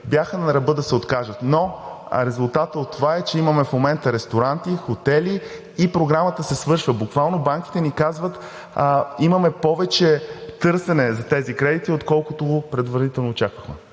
Бяха на ръба да се откажат, но резултатът от това, е, че имаме в момента ресторанти, хотели и Програмата буквално се свършва. Банките ни казват: имаме повече търсене за тези кредити, отколкото предварително очаквахме.